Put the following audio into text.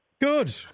Good